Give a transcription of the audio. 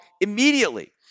immediately